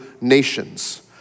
nations